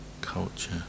culture